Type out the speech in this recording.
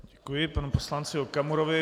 Děkuji panu poslanci Okamurovi.